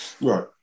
Right